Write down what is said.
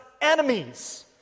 enemies